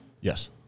Yes